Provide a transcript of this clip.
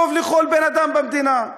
טוב לכל בן-אדם במדינה.